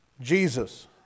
Jesus